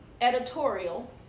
editorial